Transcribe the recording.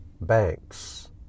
banks